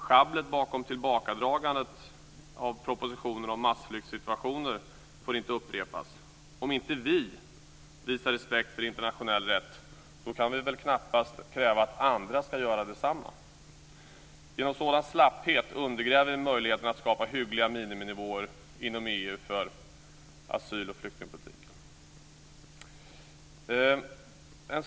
Sjabblet bakom tillbakadragandet av propositionen om massflyktssituationer får inte upprepas. Om inte vi visar respekt för internationell rätt kan vi knappast kräva att andra ska göra det heller. Genom sådan slapphet undergräver vi möjligheten att skapa hyggliga miniminivåer inom EU för asyl och flyktingpolitiken.